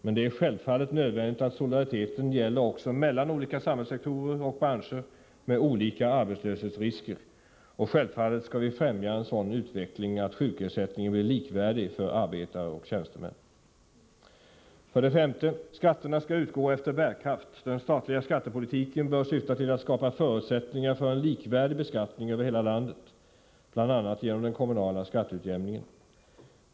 Men det är självfallet nödvändigt att solidariteten gäller också mellan olika samhällssektorer och branscher med olika arbetslöshetsrisker. Och självfallet skall vi främja en sådan utveckling att sjukersättningen blir likvärdig för arbetare och tjänstemän. 5. Skatterna skall utgå efter bärkraft. Den statliga skattepolitiken bör syfta till att skapa förutsättningar för en likvärdig beskattning över hela landet, bl.a. genom den kommunala skatteutjämningen.